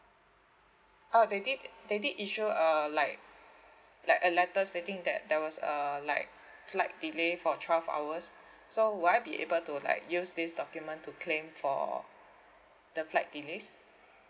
uh they did they did issue a like like a letter stating that there was a like flight delay for twelve hours so would I be able to like use this document to claim for the flight delays